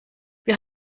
wir